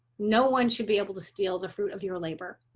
no one should be able to steal the fruit of your labor.